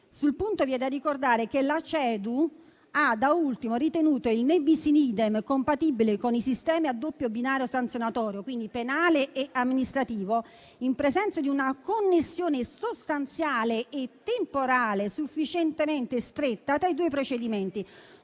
europea per i diritti dell'uomo (CEDU) ha da ultimo ritenuto il *ne bis in idem* compatibile con i sistemi a doppio binario sanzionatorio, quindi penale e amministrativo, in presenza di una connessione sostanziale e temporale sufficientemente stretta tra i due procedimenti,